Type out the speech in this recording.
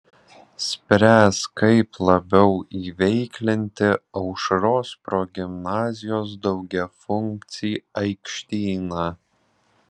spręs kaip labiau įveiklinti aušros progimnazijos daugiafunkcį aikštyną